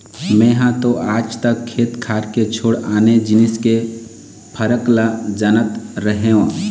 मेंहा तो आज तक खेत खार के छोड़ आने जिनिस के फरक ल जानत रहेंव